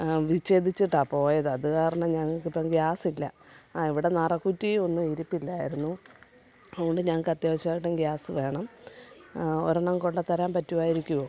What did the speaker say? വിച്ഛേദിച്ചിട്ടാണ് പോയത് അതു കാരണം ഞങ്ങൾക്കിപ്പോൾ ഗ്യാസ് ഇല്ല അ ഇവിടെ നെറ കുറ്റി ഒന്നും ഇരിപ്പില്ലായിരുന്നു അതുകൊണ്ട് ഞങ്ങൾക്ക് അത്യവശ്യമായിട്ടും ഗ്യാസ് വേണം ഒരെണ്ണം കൊണ്ടു തരാൻ പറ്റുമായിരിക്കുമോ